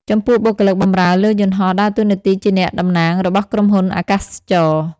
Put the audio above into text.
ចំពោះបុគ្គលិកបម្រើលើយន្តហោះដើរតួនាទីជាអ្នកតំណាងរបស់ក្រុមហ៊ុនអាកាសចរណ៍។